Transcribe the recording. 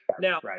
Now